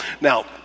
Now